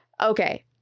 Okay